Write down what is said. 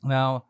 Now